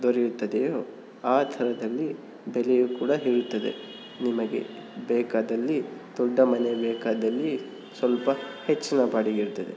ದೊರೆಯುತ್ತದೆಯೋ ಆ ಥರದಲ್ಲಿ ಬೆಲೆಯೂ ಕೂಡ ಇರುತ್ತದೆ ನಿಮಗೆ ಬೇಕಾದಲ್ಲಿ ದೊಡ್ಡ ಮನೆ ಬೇಕಾದಲ್ಲಿ ಸ್ವಲ್ಪ ಹೆಚ್ಚಿನ ಬಾಡಿಗೆ ಇರುತ್ತದೆ